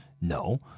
No